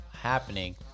happening